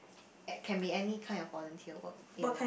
at can be any kind of volunteer work in